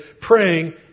praying